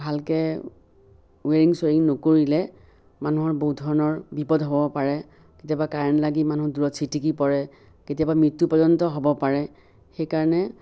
ভালকে ওৱেৰিং চোৱেৰিং নকৰিলে মানুহৰ বহুত ধৰণৰ বিপদ হ'ব পাৰে কেতিয়াবা কাৰেণ্ট লাগি মানুহ দূৰত চিটিকি পৰে কেতিয়াবা মৃত্যু পৰ্যন্ত হ'ব পাৰে সেইকাৰণে